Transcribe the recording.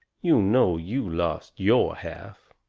you know you lost your half!